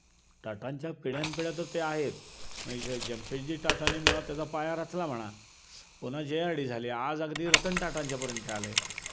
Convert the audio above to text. टाटांच्या पिढ्यानपिढ्या तर ते आहेच म्हणजे जमशेदजी टाटानी मुळात त्याचा पाया रचला म्हणा पुन्हा जे आर डी झाले आज अगदी रतन टाटांच्यापर्यंत हे आलं आहे